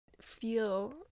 feel